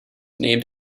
named